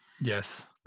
Yes